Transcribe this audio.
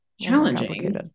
challenging